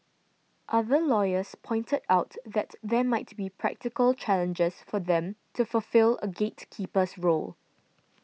other lawyers pointed out that there might be practical challenges for them to fulfil a gatekeeper's role